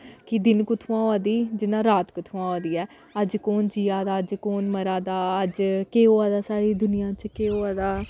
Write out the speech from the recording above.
कि दिन कुत्थुंआं होआ दी ऐ जियां रात कुत्थुआं होआ दी ऐ अज्ज कौन जिया दा अज्ज कौन मरा दा अज्ज केह् होआ दा साढ़ी दुनियां च केह् होआ दा